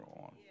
on